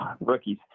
Rookies